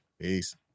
peace